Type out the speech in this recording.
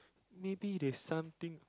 maybe they something